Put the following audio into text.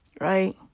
right